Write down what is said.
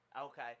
Okay